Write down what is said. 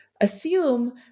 assume